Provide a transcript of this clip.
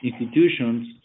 institutions